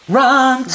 run